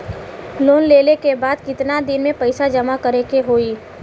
Loan लेले के बाद कितना दिन में पैसा जमा करे के होई?